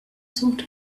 sort